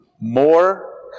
more